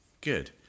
Good